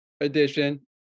edition